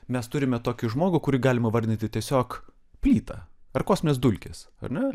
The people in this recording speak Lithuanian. mes turime tokį žmogų kurį galima vardyti tiesiog plyta ar kosmines dulkės ar ne